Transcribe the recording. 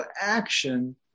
action